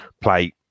play